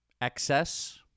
Excess